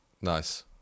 nice